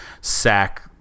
sack